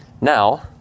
Now